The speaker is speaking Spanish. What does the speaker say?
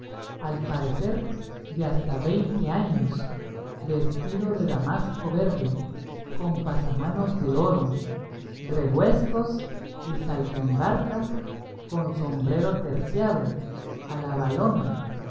al parecer de hasta veinte años vestido de damasco verde con pasamanos de oro greguescos y saltaembarca con sombrero terciado a la valona